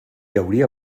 hauria